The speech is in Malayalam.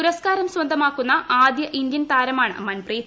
പുരസ്കാരം സ്വന്തമാക്കുന്ന ആദ്യ ഇന്ത്യൻ താരമാണ് മൻപ്രീത്